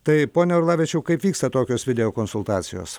tai pone orlavičiau kaip vyksta tokios video konsultacijos